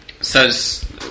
says